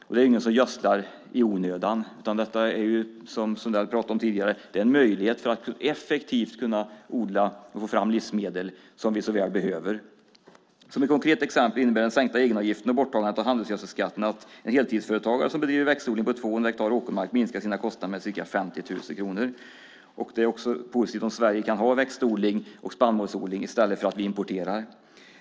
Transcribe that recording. Det är ingen som gödslar i onödan, utan detta är som vi pratade om tidigare en möjlighet för att effektivt kunna odla och få fram livsmedel som vi så väl behöver. Som ett konkret exempel innebär den sänkta egenavgiften och borttagandet av handelsgödselskatten att en heltidsföretagare som bedriver växtodling på 200 hektar åkermark minskar sina kostnader med ca 50 000 kronor. Det är också positivt om Sverige kan ha växtodling och spannmålsodling i stället för att importera.